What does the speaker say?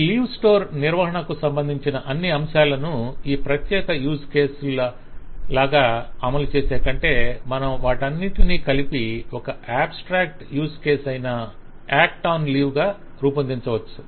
ఈ leave store నిర్వహణకు సంబంధించిన అన్ని అంశాలను ఈ ప్రత్యేక యూస్ కేసుల లాగా అమలు చేసేకంటే మనం వాటన్నింటినీ కలిపి ఒక అబ్స్ట్రాక్ట్ యూజ్ కేస్ అయిన యాక్ట్ ఆన్ లీవ్ ను రూపొందించవచ్చు